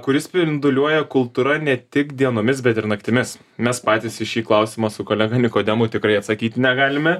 kuris spinduliuoja kultūra ne tik dienomis bet ir naktimis mes patys į šį klausimą su kolega nikodemu tikrai atsakyti negalime